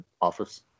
office